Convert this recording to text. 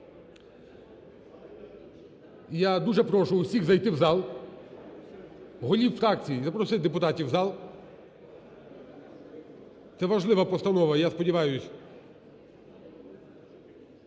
Я дуже прошу усіх зайти в зал, голів фракцій запросити депутатів в зал. Це важлива постанова, я сподіваюсь,